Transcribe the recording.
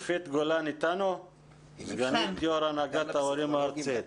צופית גולן איתנו סגנית יו"ר הנהגת ההורים הארצית?